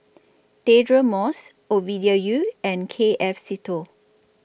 Deirdre Moss Ovidia Yu and K F Seetoh